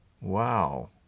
Wow